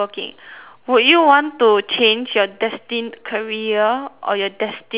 would you want to change you destined career or your destined demise